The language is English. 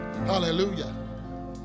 hallelujah